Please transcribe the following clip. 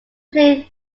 played